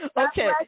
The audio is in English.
Okay